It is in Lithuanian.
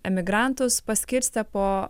emigrantus paskirstė po